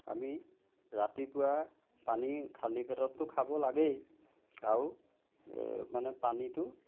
আমি ৰাতিপুৱা পানী খালী পেটততো খাব লাগেই আৰু মানে পানীটো